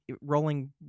rolling